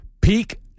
peak